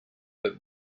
but